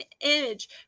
image